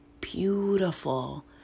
beautiful